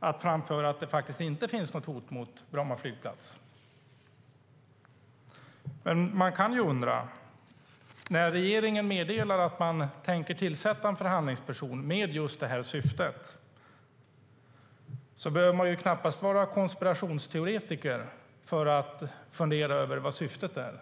att framföra att det inte finns något hot mot Bromma flygplats. Man kan undra. När regeringen meddelar att man tänker tillsätta en förhandlingsperson med just detta syfte behöver man knappast vara konspirationsteoretiker för att fundera över vad syftet är.